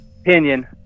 opinion